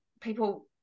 people